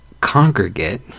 congregate